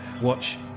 watch